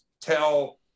tell